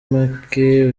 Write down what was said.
make